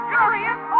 Curious